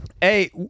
Hey